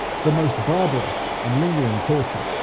to the most barbarous and lingering torture.